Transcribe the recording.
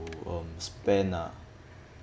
um spend ah